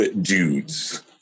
Dudes